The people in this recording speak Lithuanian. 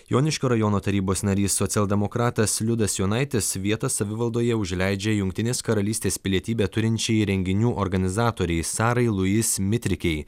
joniškio rajono tarybos narys socialdemokratas liudas jonaitis vietą savivaldoje užleidžia jungtinės karalystės pilietybę turinčiai renginių organizatorei sarai lujis mitrikei